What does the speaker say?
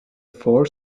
four